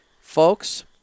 folks